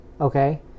Okay